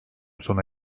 sona